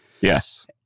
Yes